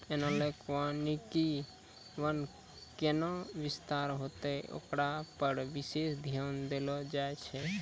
एनालाँक वानिकी वन कैना विस्तार होतै होकरा पर विशेष ध्यान देलो जाय छै